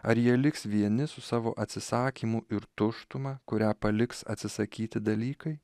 ar jie liks vieni su savo atsisakymu ir tuštuma kurią paliks atsisakyti dalykai